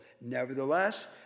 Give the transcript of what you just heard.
Nevertheless